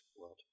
world